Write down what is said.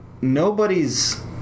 nobody's